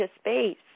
space